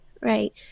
Right